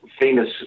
famous